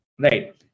right